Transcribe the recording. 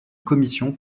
commission